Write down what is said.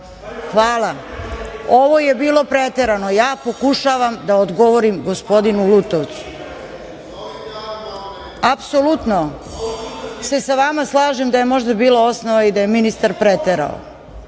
Hvala. Ovo je bilo preterano. Ja pokušavam da odgovorim gospodinu Lutovcu. Apsolutno se sa vama slažem da je možda bilo osnova i da je ministar preterao,